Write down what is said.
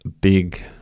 big